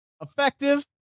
Effective